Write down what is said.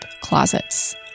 closets